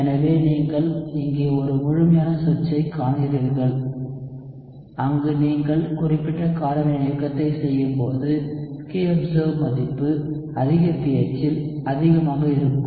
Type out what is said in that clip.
எனவே நீங்கள் இங்கே ஒரு முழுமையான சுவிட்சைக் காண்கிறீர்கள் அங்கு நீங்கள் குறிப்பிட்ட கார வினையூக்கத்தைச் செய்யும்போது kobserved மதிப்பு அதிக pH இல் அதிகமாக இருக்கும்